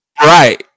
Right